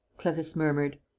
clarisse murmured.